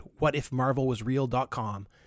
whatifmarvelwasreal.com